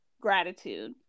gratitude